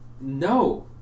No